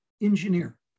engineer